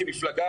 כמפלגה,